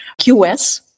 QS